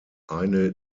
eine